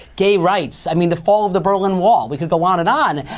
gay rights, i mean the fall of the berlin wall. we could go on and on.